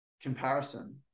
comparison